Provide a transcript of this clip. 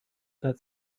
that